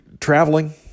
traveling